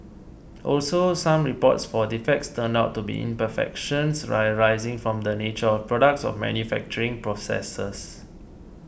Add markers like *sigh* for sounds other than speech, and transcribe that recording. also some reports for defects turned out to be imperfections *unintelligible* arising from the nature of the products or manufacturing processes